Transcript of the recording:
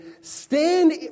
Stand